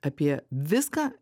apie viską